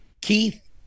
keith